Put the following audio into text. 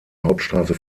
hauptstrasse